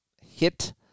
hit